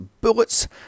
bullets